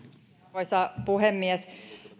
arvoisa puhemies